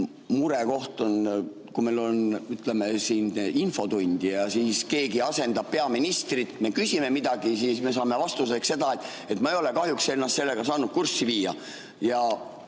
murekoht on, et kui meil on, ütleme, siin infotund ja keegi asendab peaministrit, me küsime midagi, siis me saame vastuseks seda, et ma ei ole kahjuks ennast sellega saanud kurssi viia,